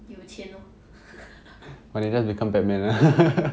有一天 lor